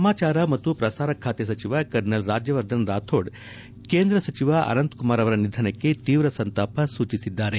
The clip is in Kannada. ಸಮಾಚಾರ ಮತ್ತು ಪ್ರಸಾರ ಸಚಿವ ಕರ್ನಲ್ ರಾಜ್ಯವರ್ಧನ್ ರಾಥೋಡ್ ಕೇಂದ್ರ ಸಚಿವ ಅನಂತಕುಮಾರ್ ಅವರ ನಿಧನಕ್ಕೆ ತೀವ್ರ ಸಂತಾಪ ಸೂಚಿಸಿದ್ದಾರೆ